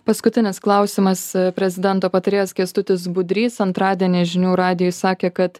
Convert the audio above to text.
paskutinis klausimas prezidento patarėjas kęstutis budrys antradienį žinių radijui sakė kad